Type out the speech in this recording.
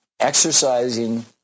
Exercising